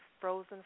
frozen